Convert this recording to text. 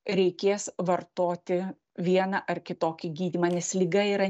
reikės vartoti vieną ar kitokį gydymą nes liga yra